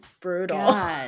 brutal